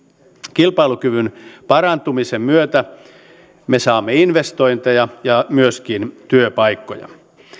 kilpailukyvyn parantumisen myötä me saamme investointeja ja myöskin työpaikkoja